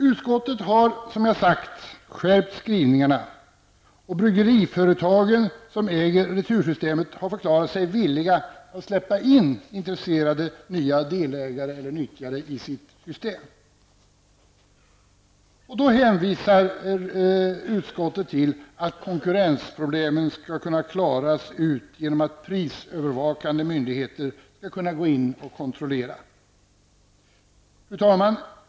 Utskottet har som sagt skärpt skrivningarna, och de bryggeriföretag som äger retursystemet har förklarat sig villiga att släppa in intresserade nya delägare eller nyttjare i sitt system. Då hänvisar utskottet till att konkurrensproblemen skall kunna klaras ut genom att prisövervakande myndigheter skall kunna gå in och kontrollera. Fru talman!